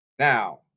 Now